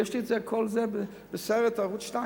יש לי כל זה בסרט בערוץ-2,